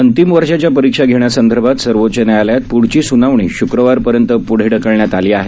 अंतिम वर्षाच्या परीक्षा घेण्यासंदर्भात सर्वोच्च न्यायालयात पृढची सुनावणी शुक्रवारपर्यंत प्रढे ढकलण्यात आली आहे